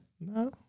No